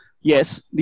Yes